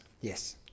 Yes